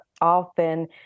often